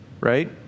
right